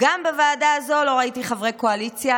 גם בוועדה הזו לא ראיתי חברי קואליציה,